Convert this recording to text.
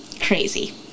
crazy